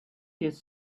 his